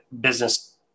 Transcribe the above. business